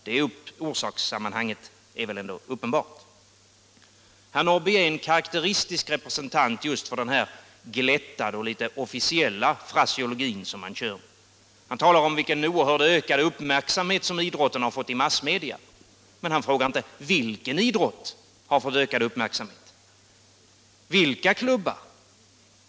Det orsakssammanhanget är väl ändå uppenbart? Herr Norrby är en karakteristisk representant för anhängarna till just den glättade och litet officiella fraseologi som man kör med. Han talar om den oerhört ökade uppmärksamhet som idrotten har fått i massmedia. Men han säger inte vilken idrott och vilka klubbar det är som har fått denna ökade uppmärksamhet.